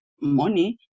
money